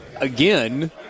again